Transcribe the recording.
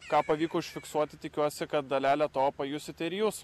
ką pavyko užfiksuoti tikiuosi kad dalelę to pajusite ir jūs